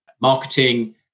marketing